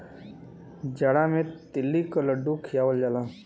जाड़ा मे तिल्ली क लड्डू खियावल जाला